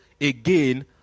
again